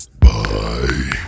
Bye